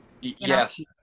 Yes